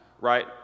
right